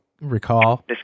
recall